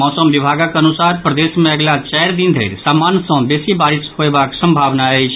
मौसम विभागक अनुसार प्रदेश मे अगिला चारि दिन धरि सामान्य सँ बेसी बारिश होयबाक संभावना अछि